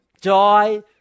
joy